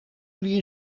jullie